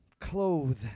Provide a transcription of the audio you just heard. Clothe